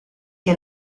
que